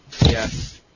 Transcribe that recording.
Yes